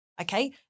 Okay